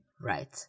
Right